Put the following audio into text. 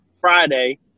Friday